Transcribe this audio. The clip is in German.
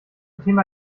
thema